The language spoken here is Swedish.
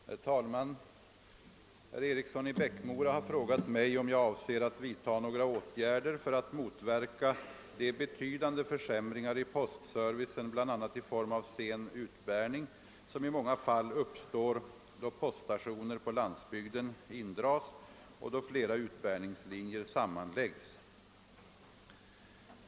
Herr 'talman! Herr Eriksson i Bäckmora har frågat mig om jag avser att vidta några åtgärder för att motverka de betydande försämringar i postservicen — bl.a. i form av sen utbärning — som :i många fall uppstår då poststationer på landsbygden indras och då flera utbärningslinjer sammanläggs.